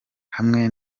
hamwe